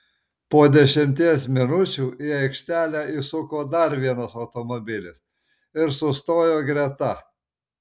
po dešimties minučių į aikštelę įsuko dar vienas automobilis ir sustojo greta